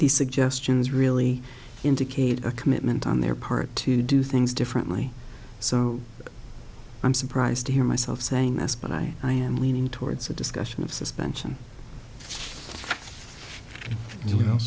the suggestions really indicate a commitment on their part to do things differently so i'm surprised to hear myself saying this but i am leaning towards a discussion of suspension you know